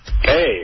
Hey